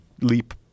leap